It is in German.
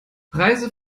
preise